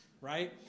right